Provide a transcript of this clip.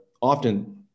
often